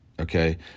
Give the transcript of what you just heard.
okay